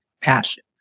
passion